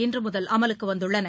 இன்றுமுதல் அமலுக்குவந்துள்ளன